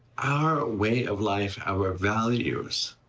our way of life, our values,